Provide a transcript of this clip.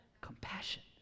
compassion